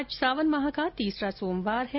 आज सावन माह का तीसरा सोमवार है